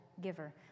giver